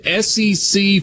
SEC